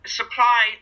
supply